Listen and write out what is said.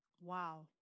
Wow